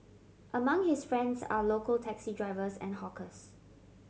among his friends are local taxi drivers and hawkers